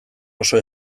oso